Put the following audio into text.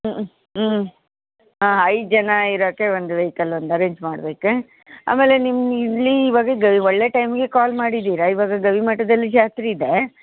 ಹ್ಞೂ ಹ್ಞೂ ಹಾಂ ಐದು ಜನ ಇರೋಕ್ಕೆ ಒಂದು ವೆಹಿಕಲ್ ಒಂದು ಅರೇಂಜ್ ಮಾಡ್ಬೇಕಾ ಆಮೇಲೆ ನಿಮ್ಮ ಇಲ್ಲಿ ಇವಾಗ ಗವಿ ಒಳ್ಳೆಯ ಟೈಮಿಗೆ ಕಾಲ್ ಮಾಡಿದ್ದೀರಾ ಇವಾಗ ಗವಿಮಠದಲ್ಲಿ ಜಾತ್ರೆ ಇದೆ